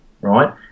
right